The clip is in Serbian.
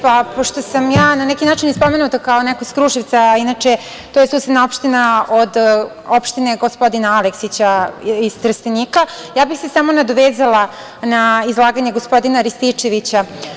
Pošto sam ja na neki način spomenuta kao neko iz Kruševca, inače to je susedna opština od opštine gospodina Aleksića iz Trstenika, ja bih samo nadovezala na izlaganje gospodina Rističevića.